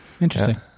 interesting